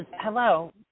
Hello